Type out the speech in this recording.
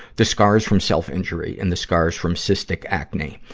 the scars from self-injury and the scars from cystic acne.